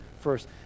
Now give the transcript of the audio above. first